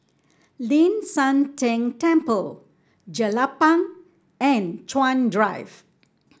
Ling San Teng Temple Jelapang and Chuan Drive